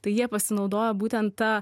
tai jie pasinaudojo būtent ta